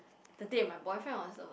the date with my boyfriend was a